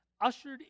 ushered